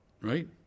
Right